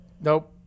nope